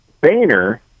Boehner